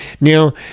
Now